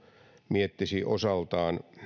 miettisi osaltaan